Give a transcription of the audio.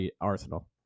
Arsenal